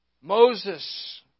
Moses